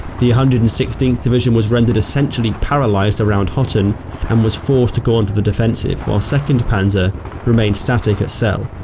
the one hundred and sixteenth division was rendered essentially paralyzed around hotton and was forced to go onto the defensive. while second panzer remained static at celles.